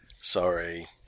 Sorry